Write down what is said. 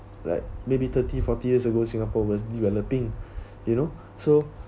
like maybe thirty forty years ago singapore was developing you know so